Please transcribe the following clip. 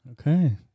okay